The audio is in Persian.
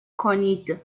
کنید